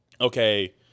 okay